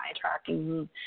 tracking